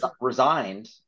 resigned